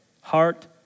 Heart